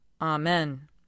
Amen